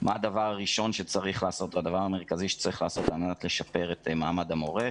מה הדבר הראשון והדבר המרכזי שצריך לעשות על מנת לשפר את מעמד המורה.